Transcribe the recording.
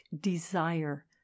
desire